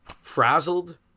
frazzled